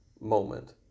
moment